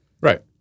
Right